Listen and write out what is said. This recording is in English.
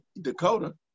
Dakota